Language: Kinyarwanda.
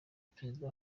perezida